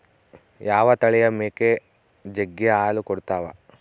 ಯಾವ ತಳಿಯ ಮೇಕೆ ಜಗ್ಗಿ ಹಾಲು ಕೊಡ್ತಾವ?